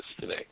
today